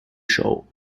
show